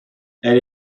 elle